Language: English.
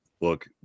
look